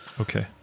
Okay